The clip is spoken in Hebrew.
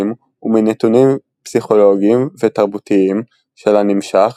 ומנתונים פסיכולוגיים ותרבותיים של הנמשך,